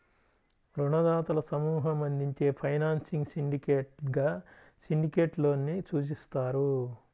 రుణదాతల సమూహం అందించే ఫైనాన్సింగ్ సిండికేట్గా సిండికేట్ లోన్ ని సూచిస్తారు